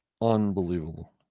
Unbelievable